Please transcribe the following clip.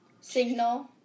Signal